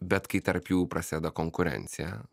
bet kai tarp jų prasideda konkurencija